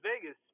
Vegas